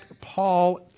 Paul